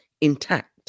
intact